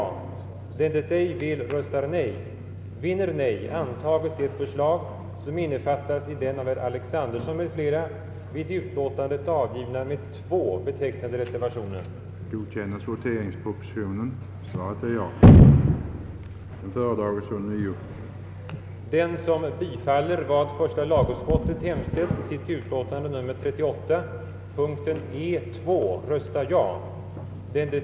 Men en sådan dubblering har ju förekommit också i andra sammanhang. Vi kan bara erinra om assessorerna, som har funnits i både rådhusrätt och hovrätt.